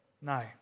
no